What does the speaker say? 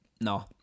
No